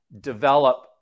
develop